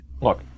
look